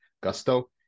Gusto